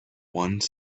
one